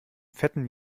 fetten